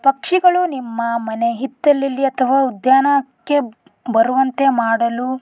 ಪಕ್ಷಿಗಳು ನಿಮ್ಮ ಮನೆ ಹಿತ್ತಲಲ್ಲಿ ಅಥವಾ ಉದ್ಯಾನಕ್ಕೆ ಬರುವಂತೆ ಮಾಡಲು